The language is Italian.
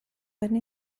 venne